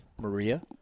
Maria